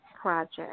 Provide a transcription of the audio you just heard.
project